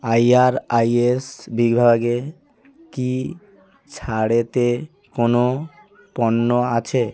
IRIS বিভাগে কি ছাড়েতে কোনও পণ্য আছে